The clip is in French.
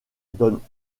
donnent